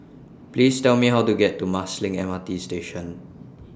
Please Tell Me How to get to Marsiling M R T Station